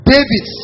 David